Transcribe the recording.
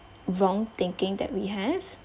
wrong thinking that we have